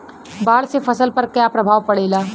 बाढ़ से फसल पर क्या प्रभाव पड़ेला?